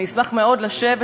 אני אשמח מאוד לשבת,